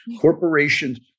Corporations